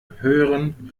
hören